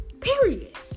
Period